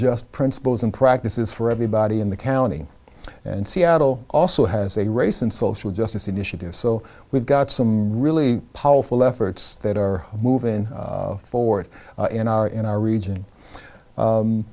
just principles and practices for everybody in the county and seattle also has a race and social justice initiative so we've got some really powerful efforts that are moving forward in our in our region